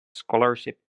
scholarship